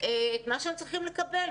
את מה שהם צריכים לקבל.